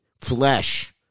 flesh